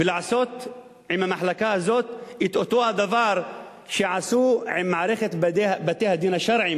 ולעשות עם המחלקה הזאת את אותו הדבר שעשו עם מערכת בתי-הדין השרעיים,